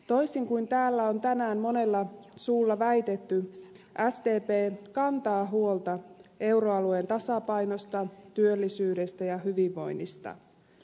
toisin kuin täällä on tänään monella suulla väitetty sdp kantaa huolta euroalueen tasapainosta työllisyydestä ja hyvinvoinnista